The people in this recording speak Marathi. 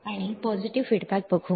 आता सकारात्मक प्रतिक्रिया पाहू